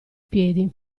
piedi